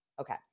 okay